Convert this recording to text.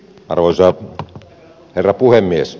arvoisa herra puhemies